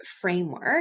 framework